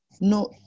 no